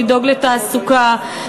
לדאוג לתעסוקה,